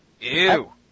Ew